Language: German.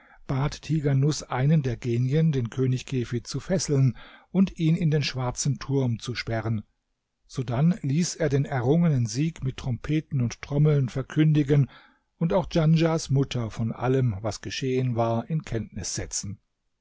bat tighanus einen der genien den könig kefid zu fesseln und in den schwarzen turm zu sperren sodann ließ er den errungenen sieg mit trompeten und trommeln verkündigen und auch djanschahs mutter von allem was geschehen war in kenntnis setzen